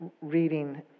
reading